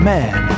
Man